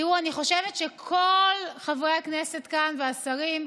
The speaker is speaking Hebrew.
תראו, אני חושבת שכל חברי הכנסת כאן, והשרים,